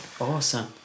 Awesome